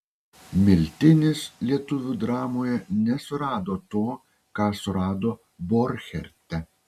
miltinis lietuvių dramoje nesurado to ką surado borcherte